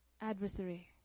adversary